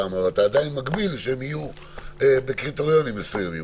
אתה עדיין מגביל שהן יהיו בקריטריונים מסוימים.